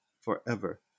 forever